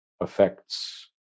affects